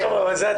אבל על זה הדיון.